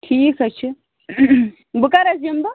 ٹھیٖک حظ چھُ بہٕ کَر حَظ یِمہٕ بہٕ